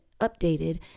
updated